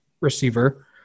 receiver